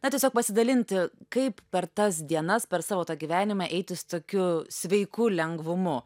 na tiesiog pasidalinti kaip per tas dienas per savo gyvenimą eiti su tokiu sveiku lengvumu